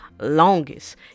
longest